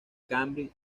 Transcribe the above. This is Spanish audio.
cambridge